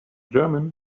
german